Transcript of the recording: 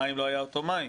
המים לא היה אותו מים.